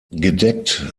gedeckt